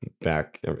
back